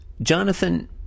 Jonathan